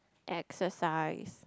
exercise